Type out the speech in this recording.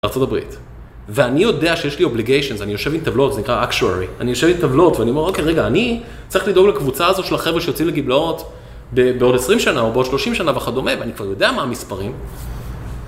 ארה״ב, ואני יודע שיש לי obligations, אני יושב עם טבלאות, זה נקרא actuary, אני יושב עם טבלאות ואני אומר, אוקיי רגע, אני צריך לדאוג לקבוצה הזו של החבר'ה שיוציא לגימלאות בעוד 20 שנה או בעוד 30 שנה וכדומה, ואני כבר יודע מה המספרים.